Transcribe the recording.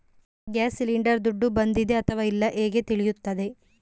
Gas cylinder ದುಡ್ಡು ಬಂದಿದೆ ಅಥವಾ ಇಲ್ಲ ಹೇಗೆ ತಿಳಿಯುತ್ತದೆ?